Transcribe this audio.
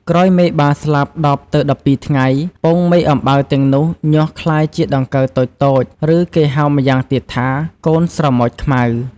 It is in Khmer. ក្រោយមេបាស្លាប់១០ ទៅ១២ថ្ងៃ ពងមេអំបៅទាំងនោះ ញាស់ក្លាយជាដង្កូវតូចៗ ឬគេហៅម្យ៉ាងទៀតថា «កូនស្រមោចខ្មៅ»។